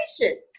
patience